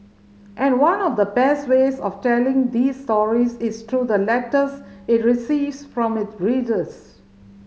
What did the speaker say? and one of the best ways of telling these stories is through the letters it receives from it readers